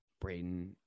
Braden